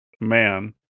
man